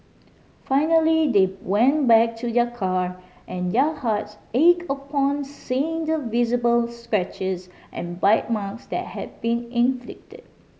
finally they went back to their car and their hearts ached upon seeing the visible scratches and bite marks that had been inflicted